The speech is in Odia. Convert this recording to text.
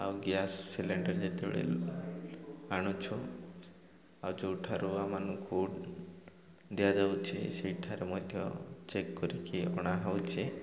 ଆଉ ଗ୍ୟାସ୍ ସିଲିଣ୍ଡର ଯେତେବେଳେ ଆଣୁଛୁ ଆଉ ଯେଉଁଠାରୁ ଆମମାନଙ୍କୁ ଦିଆଯାଉଛି ସେଇଠାରେ ମଧ୍ୟ ଚେକ୍ କରିକି ଅଣା ହେଉଛି